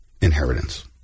inheritance